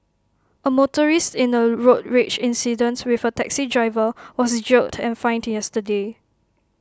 A motorist in A road rage incident with A taxi driver was jailed and fined yesterday